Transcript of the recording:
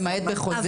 למעט בחוזה.